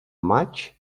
maig